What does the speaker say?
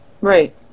Right